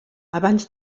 abans